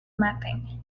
mapping